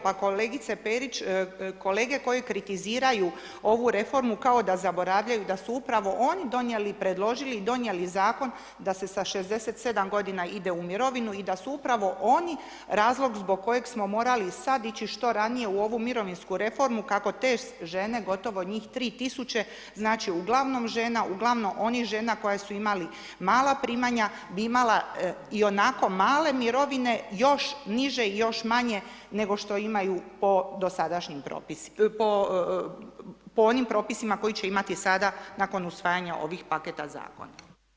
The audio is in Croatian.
Pa kolegice Perić, kolege koji kritiziraju ovu reformu kao da zaboravljaju da su upravo oni donijeli i predložili, donijeli zakon da se sa 67 g. ide u mirovinu i da su upravo oni razlog zbog kojeg smo morali sad ići što ranije u ovu mirovinsku reformu kako te žene gotovo njih 3000, znači uglavnom žena, uglavnom onih koje su imale mala primanja bi imala ionako male mirovine, još niže i još manje nego što imaju po onim propisima koje će imati sada nakon usvajanja ovih paketa zakona.